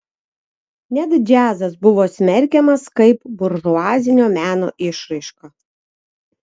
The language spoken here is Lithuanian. net džiazas buvo smerkiamas kaip buržuazinio meno išraiška